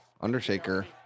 Undertaker